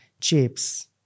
chips